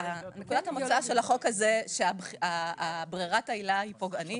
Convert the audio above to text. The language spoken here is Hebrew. נקודת המוצא של החוק הזה היא שברירת העילה היא פוגענית.